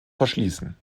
verschließen